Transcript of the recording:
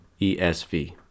ESV